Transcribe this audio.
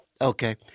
Okay